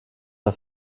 der